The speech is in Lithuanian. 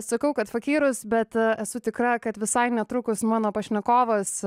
sakau kad fakyrus bet esu tikra kad visai netrukus mano pašnekovas